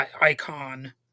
icon